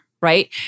right